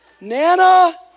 Nana